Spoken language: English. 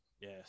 Yes